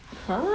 others